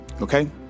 okay